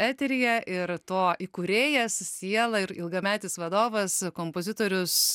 eteryje ir to įkūrėjas siela ir ilgametis vadovas kompozitorius